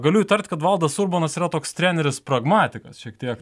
galiu įtart kad valdas urbonas yra toks treneris pragmatikas šiek tiek